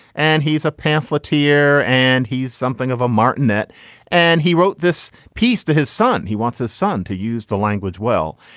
and he's a pamphleteer and he's something of a martinet. and he wrote this piece to his son. he wants his son to use the language well.